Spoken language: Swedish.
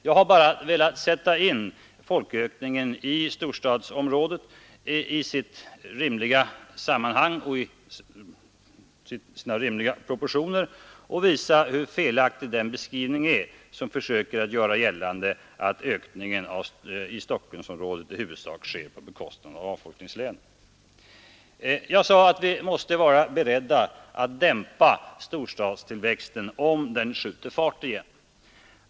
Jag har bara velat sätta in folkökningen i Stockholmsområdet i sitt riktiga sammanhang och visa hur felaktig den beskrivning är som försöker göra gällande att ökningen i Stockholmsområdet i huvudsak sker på bekostnad av avfolkningslänen Jag sade att vi måste vara beredda att dämpa storstadstillväxten, om den skjuter fart igen.